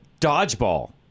Dodgeball